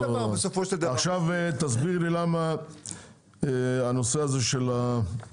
כל דבר בסופו של דבר --- עכשיו תסביר לי למה הנושא הזה שאתם